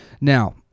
now